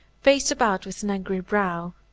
faced about with an angry brow.